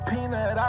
Peanut